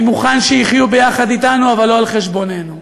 אני מוכן שיחיו יחד אתנו, אבל לא על חשבוננו.